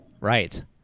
right